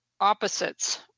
opposites